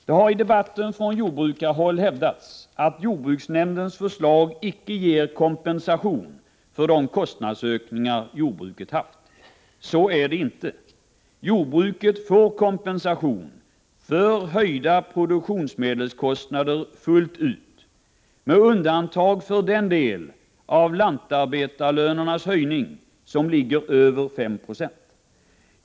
Det har i debatten från jordbrukarhåll hävdats att jordbruksnämndens förslag icke ger kompensation för de kostnadsökningar jordbruket haft. Så är det inte. Jordbruket får kompensation för höjda produktionsmedelskostnader fullt ut, med undantag för den del av lantarbetarlönernas höjning som ligger över 5 9o.